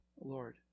Lord